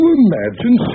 imagine